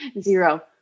Zero